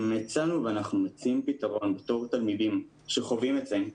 בתור תלמידים שחווים את זה אנחנו